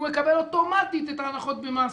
הוא מקבל אוטומטית של ההנחות במס.